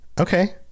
Okay